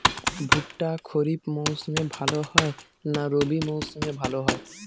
ভুট্টা খরিফ মৌসুমে ভাল হয় না রবি মৌসুমে ভাল হয়?